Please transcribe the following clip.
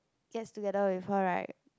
gets together with her right